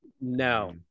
No